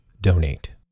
donate